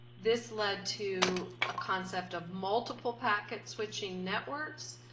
this led to a concept of multiple packet-switching networks,